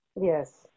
Yes